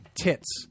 Tits